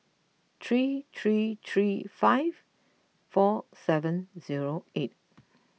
three three three five four seven zero eight